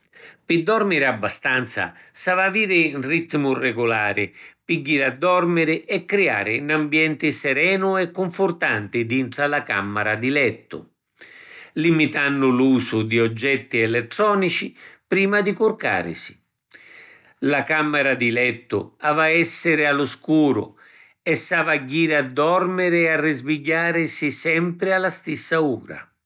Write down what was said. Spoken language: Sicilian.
Pi dormiri abbastanza s’avi a aviri ‘n rittimu rigulari pi jiri a dormiri e criari n’ambienti serenu e cunfurtanti dintra la cammara di lettu, limitannu l’usu di oggetti elettronici prima di curcarisi. La cammara di lettu avi a essiri a lu scuru e s’avi a jiri a dormiri e arrisbigghiarisi sempri a la stissa ura.